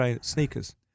sneakers